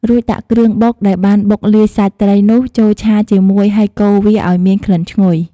រួចដាក់គ្រឿងបុកដែលបានបុកលាយសាច់ត្រីនោះ ចូលឆាជាមួយហើយកូរវាឲ្យមានក្លិនឈ្ងុយ។